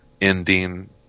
ending